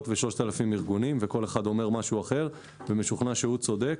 ו-3,000 ארגונים וכל אחד אומר משהו אחר ומשוכנע שהוא צודק.